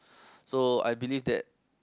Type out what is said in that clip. so I believe that